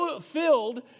filled